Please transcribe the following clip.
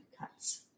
cuts